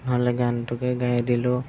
নহ'লে গানটোকে গাই দিলোঁ